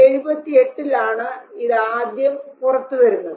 1978ലാണ് ഇതാദ്യം പുറത്തുവരുന്നത്